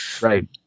right